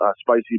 spicy